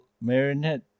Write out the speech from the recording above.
Marinette